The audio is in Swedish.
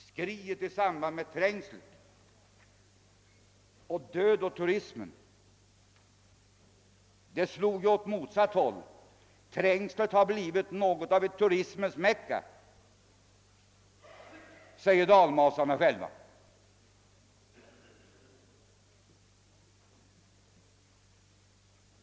Skriet i samband med Trängslet och »död åt turismen»! Det slog åt motsatt håll. Trängslet har blivit något av ett turimens Mekka, säger <dalmasarna själva.